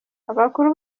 abakuru